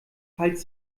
falls